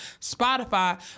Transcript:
Spotify